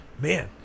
man